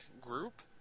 group